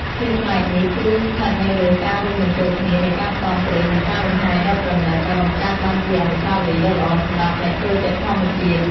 ភាពប្លែកនេះគឺស្ថិតនៅលើការរួមបញ្ចូលគ្នានៃការផ្សងព្រេង និងការលំហែដ៏ប្រណីត ដែលបង្កើតបានជាអនុស្សាវរីយ៍ដ៏ល្អសម្រាប់អ្នកចូលចិត្តធម្មជាតិ។